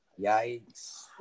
Yikes